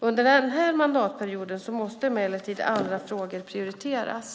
Under denna mandatperiod måste emellertid andra frågor prioriteras.